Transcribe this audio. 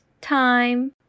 time